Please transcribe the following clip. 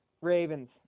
Ravens